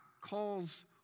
calls